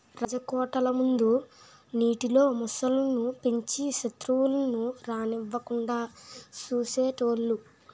రాజకోటల ముందు నీటిలో మొసళ్ళు ను పెంచి సెత్రువులను రానివ్వకుండా చూసేటోలు